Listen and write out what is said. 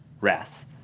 Wrath